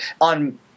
on